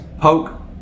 poke